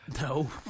No